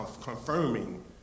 confirming